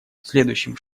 следующим